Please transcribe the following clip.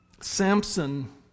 Samson